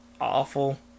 awful